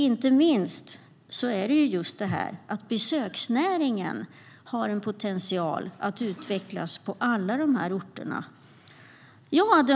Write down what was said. Inte minst har besöksnäringen en potential att utvecklas på alla de här orterna. Herr talman!